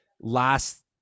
last